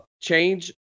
change